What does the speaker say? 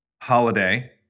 Holiday